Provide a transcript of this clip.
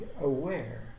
aware